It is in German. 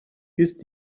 ist